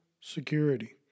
security